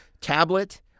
tablet